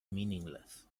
meaningless